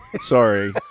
Sorry